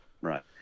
right